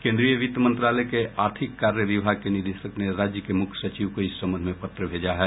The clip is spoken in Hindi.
केन्द्रीय वित्त मंत्रालय के आर्थिक कार्य विभाग के निदेशक ने राज्य के मुख्य सचिव को इस संबंध में पत्र भेजा है